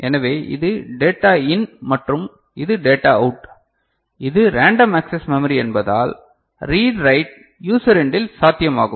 எனவே இது data in மற்றும் இது டேட்டா அவுட் இது ரேண்டம் ஆக்ஸஸ் மெமரி என்பதால் ரீட் ரைட் யூசர் என்டில் சாத்தியமாகும்